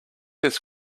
this